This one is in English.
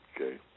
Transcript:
Okay